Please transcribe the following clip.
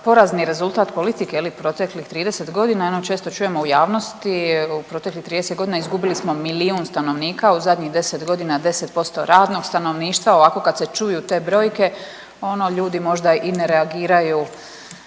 porazni rezultat politike je li proteklih 30.g. i ono često čujemo u javnosti u proteklih 30.g. izgubili smo milijun stanovnika, u zadnjih 10.g. 10% radnog stanovništva, ovako kad se čuju te brojke, ono ljudi možda i ne reagiraju,